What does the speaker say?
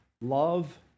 love